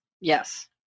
Yes